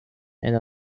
and